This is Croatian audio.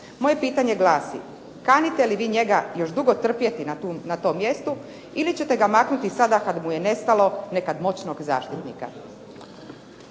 Moje pitanje glasi kanite li vi njega još dugo trpjeti na tom mjestu, ili ćete ga maknuti sada kad mu je nestalo nekad moćnog zaštitnika.